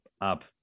up